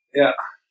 yeah,